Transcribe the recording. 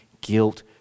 guilt